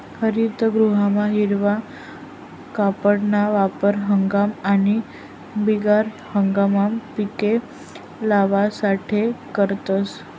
हरितगृहमा हिरवा कापडना वापर हंगाम आणि बिगर हंगाममा पिके लेवासाठे करतस